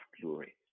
glory